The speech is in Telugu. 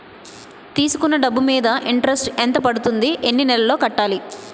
తీసుకున్న డబ్బు మీద ఇంట్రెస్ట్ ఎంత పడుతుంది? ఎన్ని నెలలో కట్టాలి?